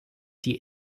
die